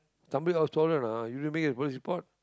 somebody else stolen ah did you make a police report